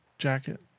Jacket